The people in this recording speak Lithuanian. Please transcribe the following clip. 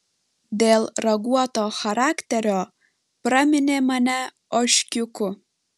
dėl raguoto charakterio praminė mane ožkiuku